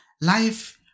life